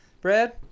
Brad